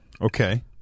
Okay